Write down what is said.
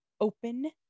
open